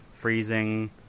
freezing